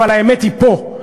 אבל האמת היא פה,